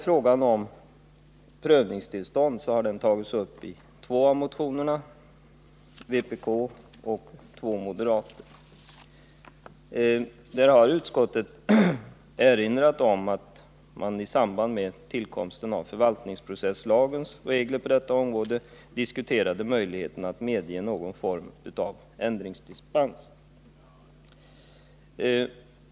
Frågan om prövningstillstånd har tagits upp i två av motionerna, nämligen i en vpk-motion och i en motion som väckts av två moderater. Utskottet har erinrat om att man i samband med tillkomsten av förvaltningsprocesslagens bestämmelser på detta område diskuterade möjligheten att medge någon form av ändringsdispens.